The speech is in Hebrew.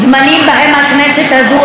זמנים שבהם הכנסת הזו,